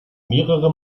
mehrere